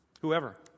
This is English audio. Whoever